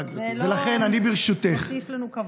זה לא מוסיף לנו כבוד.